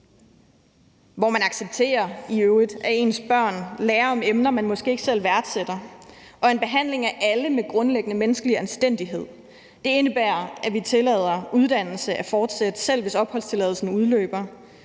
øvrigt accepterer, at ens børn lærer om emner, man måske ikke selv værdsætter, og en behandling af alle med grundlæggende menneskelig anstændighed. Det indebærer, at vi tillader uddannelse at fortsætte, selv hvis opholdstilladelsen udløber,